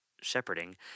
shepherding